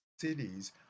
cities